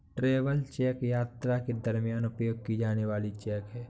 travel cheque यात्रा के दरमियान उपयोग की जाने वाली चेक है